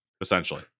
essentially